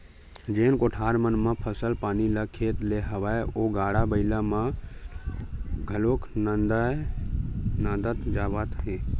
जेन कोठार मन म फसल पानी ल खेत ले लावय ओ गाड़ा बइला मन घलोक नंदात जावत हे